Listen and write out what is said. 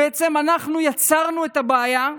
בעצם אנחנו יצרנו את הבעיה,